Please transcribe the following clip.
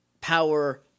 power